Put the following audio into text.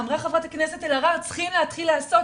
אמרה ח"כ אלהרר שצריכים להתחיל לעשות,